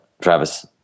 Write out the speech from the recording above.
Travis